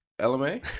LMA